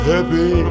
Happy